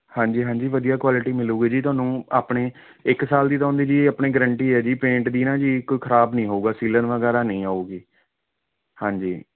ਹਾਂਜੀ ਹਾਂਜੀ ਵਧੀਆ ਕੁਆਲਟੀ ਮਿਲੇਗੀ ਜੀ ਤੁਹਾਨੂੰ ਆਪਣੇ ਇੱਕ ਸਾਲ ਦੀ ਤਾਂ ਉਹਦੀ ਜੀ ਆਪਣੇ ਗਰੰਟੀ ਹੈ ਜੀ ਪੇਂਟ ਦੀ ਨਾ ਜੀ ਕੋਈ ਖਰਾਬ ਨਹੀਂ ਹੋਊਗਾ ਸੀਲਨ ਵਗੈਰਾ ਨਹੀਂ ਆਊਗੀ ਹਾਂਜੀ